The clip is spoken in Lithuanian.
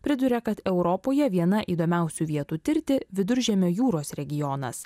priduria kad europoje viena įdomiausių vietų tirti viduržemio jūros regionas